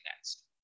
next